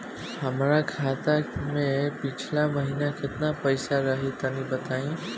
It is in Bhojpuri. हमरा खाता मे पिछला महीना केतना पईसा रहे तनि बताई?